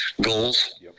goals